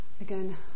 again